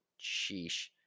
sheesh